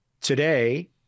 today